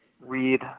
read